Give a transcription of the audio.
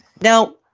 Now